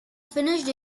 finished